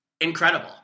incredible